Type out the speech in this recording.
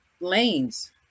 lanes